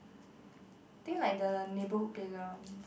thing like the neighbourhood playground